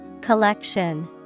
Collection